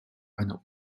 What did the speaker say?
eine